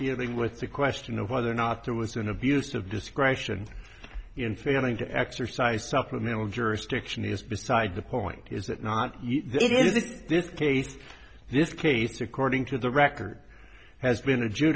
dealing with the question of whether or not there was an abuse of discretion in failing to exercise supplemental jurisdiction is beside the point is that not even if this case this case according to the record has been